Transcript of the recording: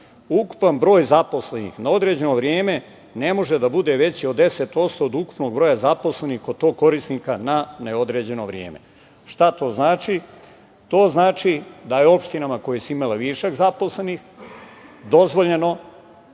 ukupan broj zaposlenih na određeno vreme ne može da bude veći od 10% od ukupnog broja zaposlenih kod tog korisnika na neodređeno vreme. Šta to znači? To znači da je opštinama koje su imale višak zaposlenih dozvoljeno